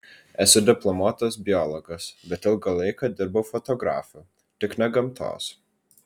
esu diplomuotas biologas bet ilgą laiką dirbau fotografu tik ne gamtos